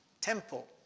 temple